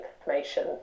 information